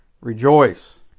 rejoice